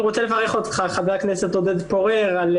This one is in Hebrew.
אני רוצה לברך אותך חבר הכנסת עודד פורר על